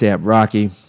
Rocky